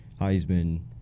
heisman